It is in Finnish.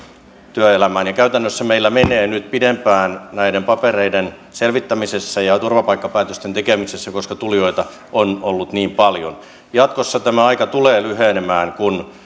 työelämään ja käytännössä meillä menee nyt pidempään näiden papereiden selvittämisessä ja turvapaikkapäätösten tekemisessä koska tulijoita on ollut niin paljon jatkossa tämä aika tulee lyhenemään kun